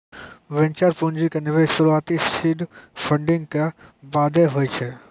venture पूंजी के निवेश शुरुआती सीड फंडिंग के बादे होय छै